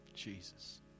Jesus